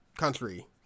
country